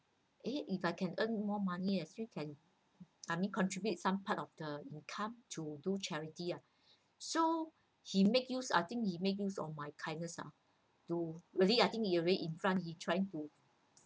eh if I can earn more money as we can I mean can contribute some part of the income to do charity ah so he made use I think he made use of my kindness ah to really I think he really in front he trying to